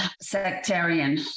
sectarian